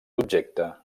objecte